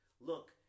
look